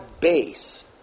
base